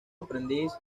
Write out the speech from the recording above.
aprendiz